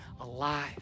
alive